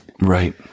Right